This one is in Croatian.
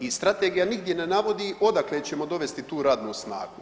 I strategija nigdje ne navodi odakle ćemo dovesti tu radnu snagu.